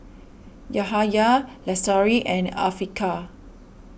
Yahaya Lestari and Afiqah